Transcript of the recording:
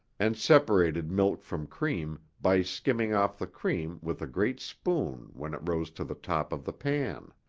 and separated milk from cream by skimming off the cream with a great spoon when it rose to the top of the pan.